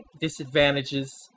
disadvantages